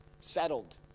settled